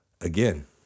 again